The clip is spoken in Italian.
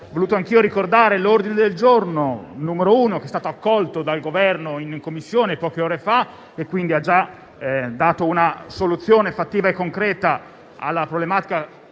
voluto anch'io ricordare l'ordine del giorno G1.1, che è stato accolto dal Governo in Commissione poche ore fa e quindi ha già dato una soluzione fattiva e concreta alla problematica